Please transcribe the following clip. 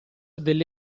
delle